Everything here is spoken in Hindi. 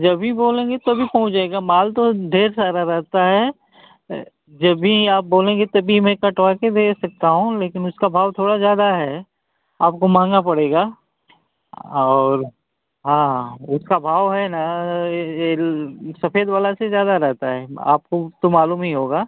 जभी बोलेंगे तभी पहुँच जाएगा माल तो ढेर सारा रहता है जब भी आप बोलेंगे तभी मैं कटवाकर भेज सकता हूँ लेकिन उसका भाव थोड़ा ज़्यादा है आपको महँगा पड़ेगा और हाँ हाँ उसका भाव है ना ए सफेद वाला से ज़्यादा रहता है आपको तो मालूम ही होगा